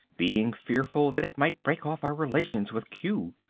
being fearful that it might break off our relations with q.